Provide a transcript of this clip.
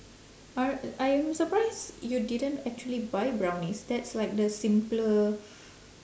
I I am surprised you didn't actually buy brownies that's like the simpler